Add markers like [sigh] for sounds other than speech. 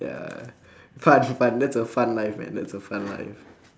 ya [breath] fun fun that's a fun life man that's a fun life